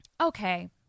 okay